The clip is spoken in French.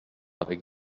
avec